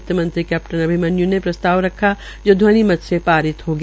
वित्तमंत्री कैप्टन अभिमन्यू ने प्रस्ताव रखा जो घ्वनिमत से पारित हो गया